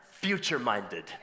future-minded